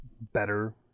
better